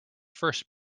first